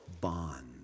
bond